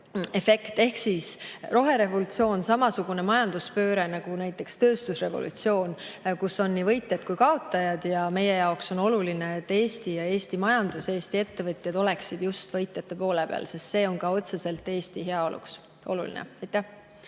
Ehk roherevolutsioon on samasugune majanduspööre nagu näiteks tööstusrevolutsioon, seal on nii võitjad kui ka kaotajad. Meie jaoks on oluline, et Eesti ja Eesti majandus ning Eesti ettevõtjad oleksid just võitjate poole peal, sest see on otseselt Eesti heaoluks oluline.